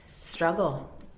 struggle